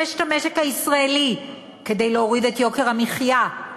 את המשק הישראלי כדי להוריד את יוקר המחיה,